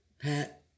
Pat